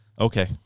Okay